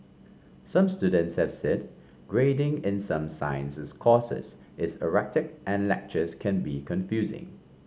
some students have said grading in some sciences courses is erratic and lectures can be confusing